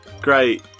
Great